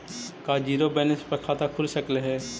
का zero balance पर खाता खुल सकले हे?